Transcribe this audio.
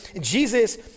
Jesus